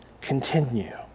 Continue